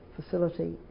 facility